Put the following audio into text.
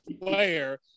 player